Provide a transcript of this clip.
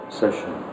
session